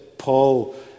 Paul